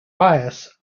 bias